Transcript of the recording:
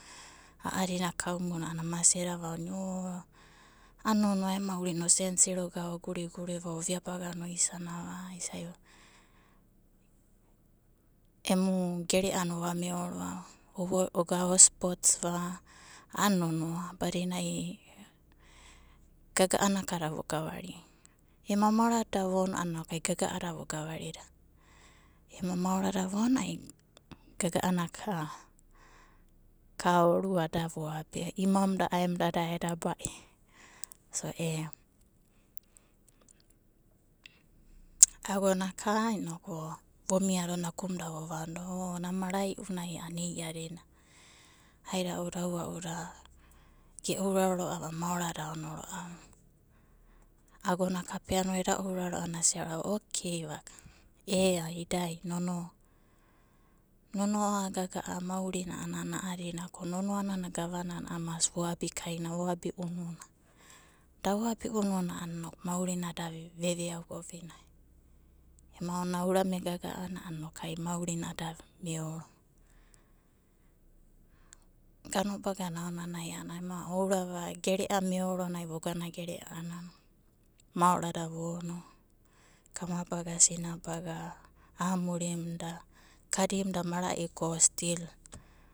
A'ana mas eda vaono'o o ana nonoa em maurina osensi rava o'ero oga oguriguri va oviabagana oisanava isa'i emu gere'ana ova meoroava. Oga o spots va ana nonoa badina ai gaga'ana ka da vogavara. Ema maorada da vono a'anai gaga'ada vogavarida. Em maorada vono a'anai gaga'a na ka o rua da voabi. Imamda aemda du eda bai so ea. Agona ka inoku vomiado nakumda vovaonoda o nana mara'iunai a'ana ei'adina, aida'uda aua'uda ge'ouraro ro'ava a'ana maoradada aonoro'ava. Agona kapea eda ouraro a'ana vasia okei, ea, idai, nonoa. Nonoa gaga'a komaurina iana a'adina. Gavanana a'ana mas voabikaina, voabi unu'unu. Da voabi unu'unu a'ana maurina da veveau ovinai ema ona ure gaga'ana a'anai maurina da meoro. Kanobaga na aonanai a'ana ema ourava gere'a meoronai vogana gere'a a'ana maorada vono kamobaga, sinabago, amurimda kadim da mara'i ko stil.